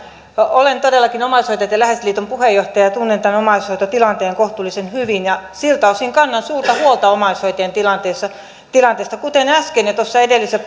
olen todellakin omaishoitajat ja läheiset liiton puheenjohtaja ja tunnen tämän omaishoitotilanteen kohtuullisen hyvin ja siltä osin kannan suurta huolta omaishoitajien tilanteesta kuten äsken jo edellisessä